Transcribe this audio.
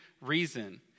reason